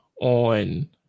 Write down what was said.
on